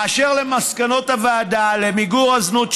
אשר למסקנות הוועדה למיגור הזנות,